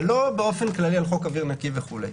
ולא באופן כללי על חוק אוויר נקי וכו'.